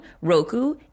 Roku